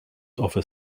offer